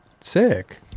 sick